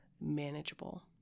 manageable